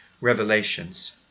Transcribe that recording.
revelations